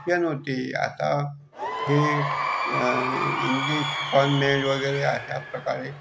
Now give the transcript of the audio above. शिक्षण होते आता हे इंग्लिश कॉन्व्हेज वगैरे अशा प्रकारे